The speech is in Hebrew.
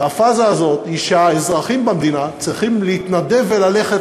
והפאזה הזאת היא שהאזרחים במדינה צריכים להתנדב וללכת